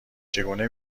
چگونه